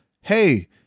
Hey